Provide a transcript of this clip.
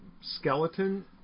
skeleton